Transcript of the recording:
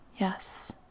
yes